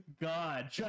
God